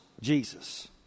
Jesus